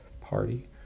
party